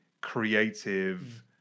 creative